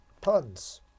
Puns